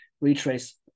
retrace